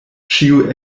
ĉiuj